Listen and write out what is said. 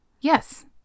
yes